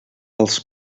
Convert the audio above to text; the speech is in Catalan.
als